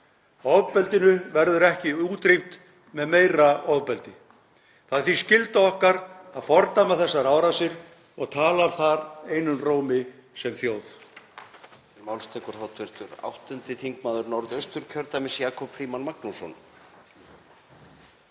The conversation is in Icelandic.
Ofbeldinu verður ekki útrýmt með meira ofbeldi. Það er því skylda okkar að fordæma þessar árásir og tala þar einum rómi sem þjóð.